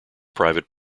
private